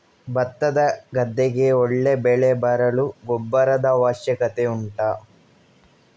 ಭತ್ತದ ಗದ್ದೆಗೆ ಒಳ್ಳೆ ಬೆಳೆ ಬರಲು ಗೊಬ್ಬರದ ಅವಶ್ಯಕತೆ ಉಂಟಾ